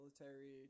military